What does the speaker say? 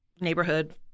neighborhood